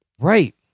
right